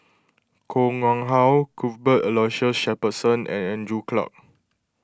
Koh Nguang How Cuthbert Aloysius Shepherdson and Andrew Clarke